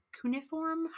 cuneiform